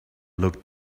looked